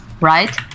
right